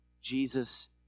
Jesus